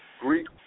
Greek